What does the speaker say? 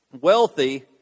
wealthy